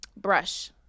Brush